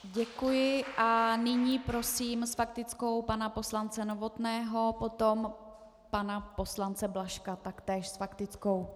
Děkuji a nyní prosím s faktickou pana poslance Novotného, potom pana poslance Blažka, taktéž s faktickou.